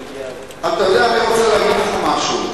אתה יודע, אני רוצה להגיד לך משהו.